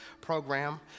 program